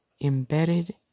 embedded